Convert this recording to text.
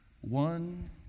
One